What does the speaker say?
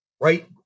right